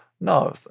no